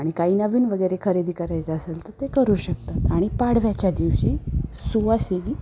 आणि काही नवीन वगैरे खरेदी करायचं असेल तर ते करू शकतात आणि पाडव्याच्या दिवशी सुवासिनी